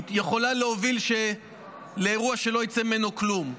היא יכולה להוביל לאירוע שלא ייצא ממנו כלום.